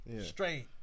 straight